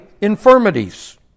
infirmities